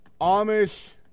Amish